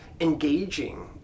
engaging